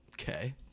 okay